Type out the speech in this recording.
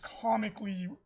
comically